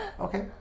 Okay